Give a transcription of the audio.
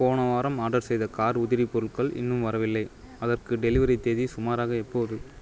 போன வாரம் ஆர்டர் செய்த கார் உதிரிப் பொருட்கள் இன்னும் வரவில்லை அதற்கு டெலிவரி தேதி சுமாராக எப்போது